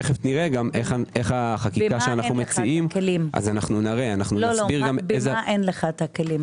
תכף נראה איך החקיקה שאנו מציעים- -- למה אין לך הכלים?